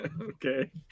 Okay